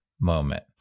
moment